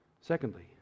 Secondly